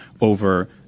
over –